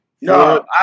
No